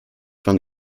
von